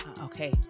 okay